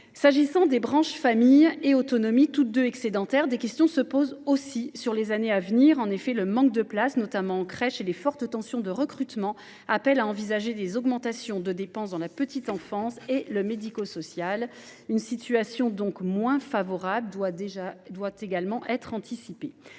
S’agissant des branches famille et autonomie, toutes deux excédentaires, des questions se posent aussi sur les années à venir : le manque de places, notamment en crèches, et les fortes tensions de recrutement appellent à envisager des augmentations de dépenses, pour la petite enfance et le médico social. Une situation financière moins favorable doit donc être anticipée.